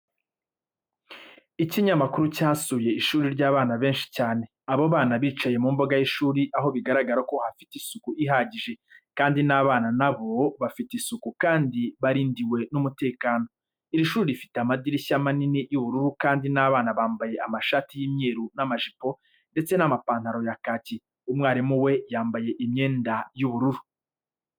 Ikinyamakuru cyasuye ishuri ry'abana benshi cyane, abo bana bicaye mu mbuga y'ishuri aho bigaragara ko hafite isuku ihagije kandi n'abana na bo bafite isuku kandi barindiwe n'umutekano, iri shuri rifite amadirishya manini y'ubururu kandi n'abana bambaye amashati y'imyeru n'amajipo ndetse n'amapantaro ya kaki, umwarimu we yambaye imyenda y'ubururu.